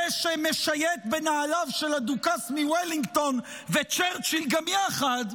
זה שמשייט בנעליו של הדוכס מוולינגטון וצ'רצ'יל גם יחד.